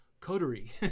coterie